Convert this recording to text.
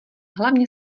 hlavně